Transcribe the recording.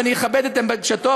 ואני אכבד את בקשתו.